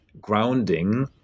grounding